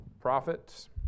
prophets